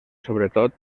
sobretot